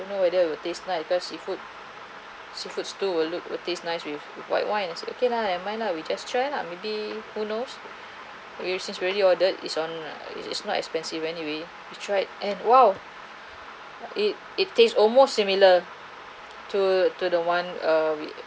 I don't know whether with taste nice because seafood seafood stew will look will taste nice with white wines I say okay lah never mind lah we just try lah maybe who knows we since we already ordered it's on it's not expensive anyway we tried and !wow! it it tastes almost similar to to the one uh we